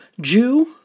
Jew